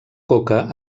coca